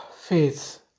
Faith